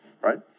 right